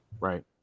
Right